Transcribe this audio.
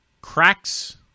cracks